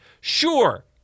Sure